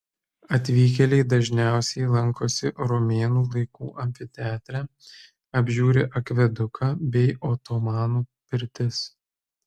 atvykėliai dažniausiai lankosi romėnų laikų amfiteatre apžiūri akveduką bei otomanų pirtis